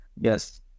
Yes